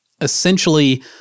essentially